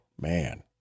man